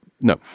No